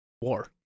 War